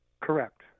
correct